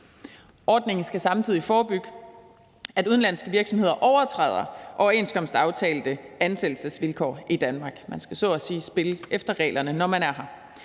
Ordningen skal samtidig forebygge, at udenlandske virksomheder overtræder overenskomstaftalte ansættelsesvilkår i Danmark. Man skal så at sige spille efter reglerne, når man er her.